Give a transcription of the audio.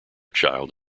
child